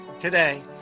today